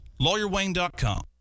LawyerWayne.com